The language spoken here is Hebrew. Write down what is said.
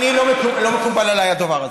לא מקובל עליי הדבר הזה.